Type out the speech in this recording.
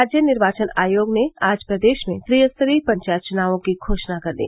राज्य निर्वाचन आयोग ने आज प्रदेश में त्रि स्तरीय पंचायत चुनावों की घोषणा कर दी